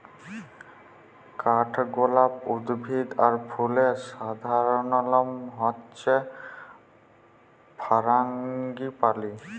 কাঠগলাপ উদ্ভিদ আর ফুলের সাধারণলনাম হচ্যে ফারাঙ্গিপালি